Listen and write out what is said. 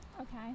Okay